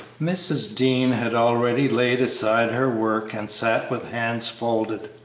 mrs. dean had already laid aside her work and sat with hands folded,